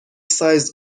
سایز